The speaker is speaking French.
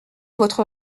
votre